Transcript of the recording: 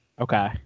Okay